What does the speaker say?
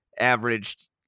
averaged